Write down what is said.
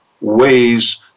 ways